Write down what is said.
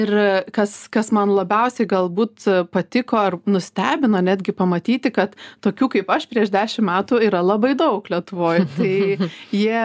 ir kas kas man labiausia galbūt patiko ar nustebino netgi pamatyti kad tokių kaip aš prieš dešim metų yra labai daug lietuvoj tai jie